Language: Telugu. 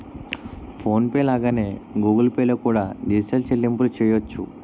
ఫోన్ పే లాగానే గూగుల్ పే లో కూడా డిజిటల్ చెల్లింపులు చెయ్యొచ్చు